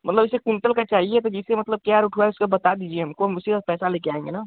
मतलब ऐसे कुंटल का चाहिए तो जैसे मतलब क्या रोट हुआ उसका बता दीजिए हमको हम उसी हिसाब पैसा लेके आएँगे न